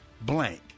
blank